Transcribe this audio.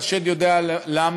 והשד יודע למה